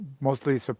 mostly